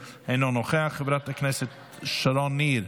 חברת הכנסת מרב כהן,